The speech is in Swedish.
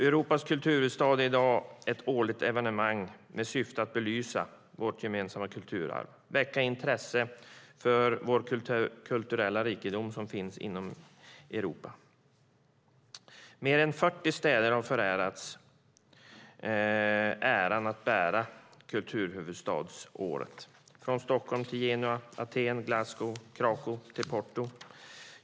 Europas kulturhuvudstad är i dag ett årligt evenemang med syfte att belysa vårt gemensamma kulturarv och väcka intresse för den kulturella rikedom som finns inom Europa. Mer än 40 städer har fått äran att genomföra kulturhuvudstadsåret, från Stockholm till Genua, Aten till Glasgow och Kraków till Porto.